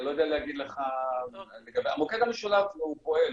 אני לא יודע להגיד לך לגבי המוקד המשולב פועל,